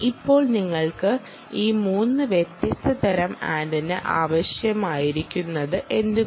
ഇപ്പോൾ നിങ്ങൾക്ക് ഈ 3 വ്യത്യസ്ത തരം ആന്റിന ആവശ്യമായിരിക്കുന്നത് എന്തുകൊണ്ട്